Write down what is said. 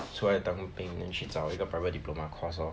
出来当兵 then 去找一个 private diploma course lor